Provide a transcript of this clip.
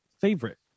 favorite